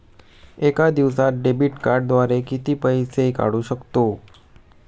एका दिवसांत डेबिट कार्डद्वारे किती वेळा पैसे काढू शकतो?